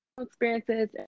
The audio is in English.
experiences